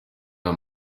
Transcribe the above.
ayo